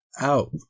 out